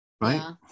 Right